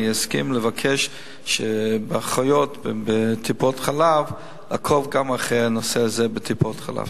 אני אסכים לבקש שאחיות בטיפות-חלב יעקבו גם אחרי הנושא הזה בטיפות-חלב.